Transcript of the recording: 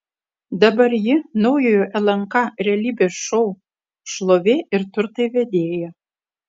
dabar ji naujojo lnk realybės šou šlovė ir turtai vedėja